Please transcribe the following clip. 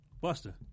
Buster